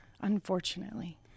unfortunately